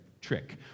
trick